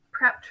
prepped